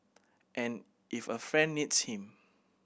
and if a friend needs him